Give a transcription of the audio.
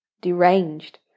deranged